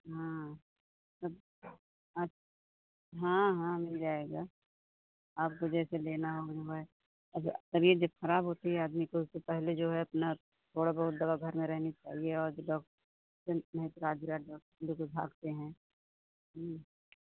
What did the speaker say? हाँ सब् अच् हाँ हाँ मिल जाएगा आपको जैसे देना हो दिन भर अगर तबियत जब खराब होती है आदमी को उससे पहले जो है अपना थोड़ा बहुत दवा घर में रहनी चाहिये और जब फिन रात बिरात जब लेकर भागते हैं